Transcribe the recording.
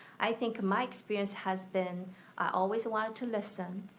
i think my experience has been i always want to listen,